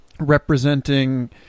representing